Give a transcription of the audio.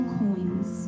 coins